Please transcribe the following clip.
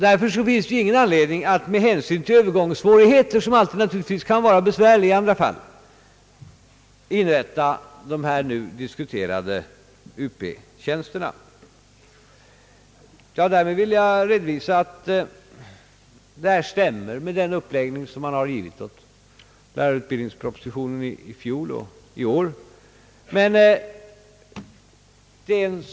Därför finns det ju inte någon anledning att med hänsyn till de övergångssvårigheter, som naturligtvis alltid kan vara besvärliga i andra fall, inrätta de här nu diskuterade Up-tjänsterna. Med detta har jag velat redovisa att den uppläggning som givits åt lärarutbildningspropositionen i fjol och i år stämmer.